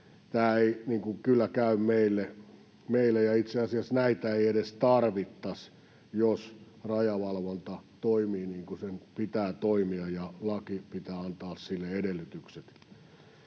Tämä ei kyllä käy meille. Itse asiassa näitä ei edes tarvita, jos rajavalvonta toimii niin kuin sen pitää toimia, ja lain pitää antaa sille edellytykset.